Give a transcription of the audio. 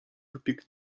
wypiek